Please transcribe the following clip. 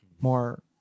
more